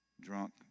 drunk